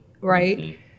right